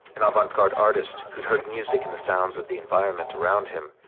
an avant-garde artist who'd heard music in the sounds with the environment around him,